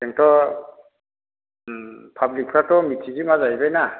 जोंथ' पाब्लिकफ्राथ' मिथिरोङा जाहैबाय ना